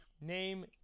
name